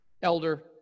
elder